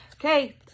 Okay